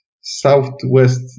southwest